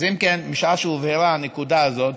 אם כן, משעה שהובהרה הנקודה הזאת,